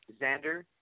Xander